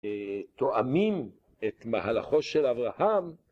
טועמים את מהלכו של אברהם.